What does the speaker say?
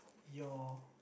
your